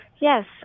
Yes